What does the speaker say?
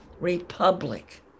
republic